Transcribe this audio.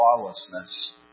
lawlessness